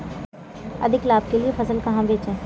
अधिक लाभ के लिए फसल कहाँ बेचें?